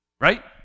Right